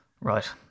Right